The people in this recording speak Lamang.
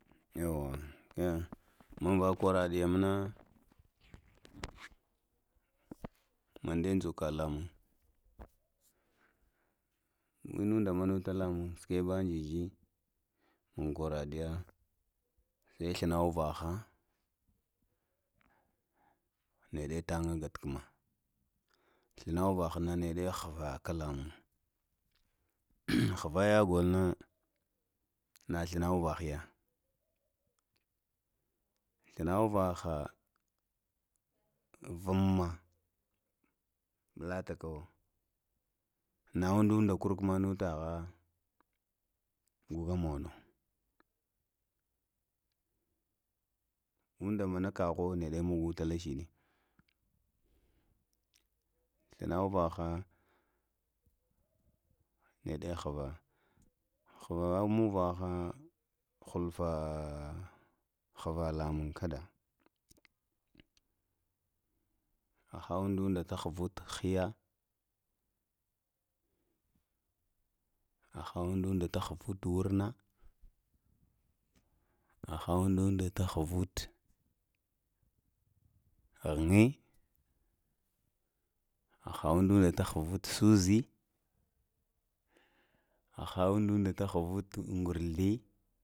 Yənwə laəyə munvə kwarəɗəyə manə məndəyə dzukə lamunŋ inunda manuta ləmunŋ sukuɓe jije man kwərədi ya sdi ghlənŋ uvahə, nəɗe tənŋ na ghət kumə, thlənə uvahənə neɗe ghadkumə kə ləmunŋ, ghvayə golŋnə glanə uvahaya thlanə uvəhə yumməa ɓubtəkəwə naundunta kurəkumənətəhə gokə mono undə mənəkavuwə neɗe məgotə lə shiɗi, thlənə uvəhə neɗe ghvə, ghuŋ mavəhə hulfə ghvə ləmunŋ kədə hə hə undəndlita ghvunta kəyə hə hə andunda tə ghvuntə wamə, hə hə undundə tə ghvuntə ghunŋe, hə hə əndan də tə ghvantə soze, həhə ondəndə to ghvantə ngurle.